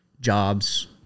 jobs